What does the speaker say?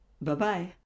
Bye-bye